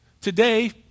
Today